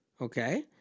okay